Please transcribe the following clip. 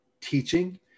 teaching